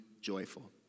joyful